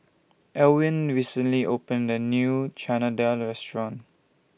Elwin recently opened A New Chana Dal Restaurant